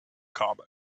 common